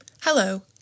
Hello